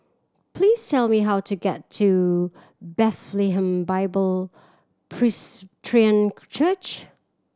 please tell me how to get to Bethlehem Bible Presbyterian Church